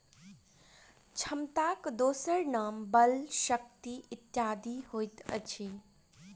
क्षमताक दोसर नाम बल, शक्ति इत्यादि होइत अछि